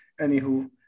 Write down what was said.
anywho